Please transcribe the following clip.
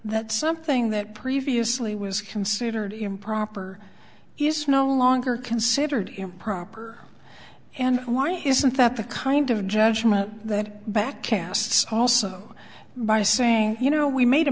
that something that previously was considered improper is no longer considered improper and why isn't that the kind of judgment that back casts also by saying you know we made a